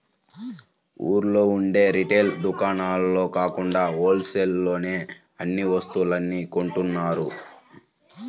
ఊళ్ళో ఉండే రిటైల్ దుకాణాల్లో కాకుండా హోల్ సేల్ లోనే అన్ని వస్తువుల్ని కొంటున్నారు